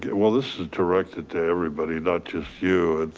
well, this is directed to everybody, not just you.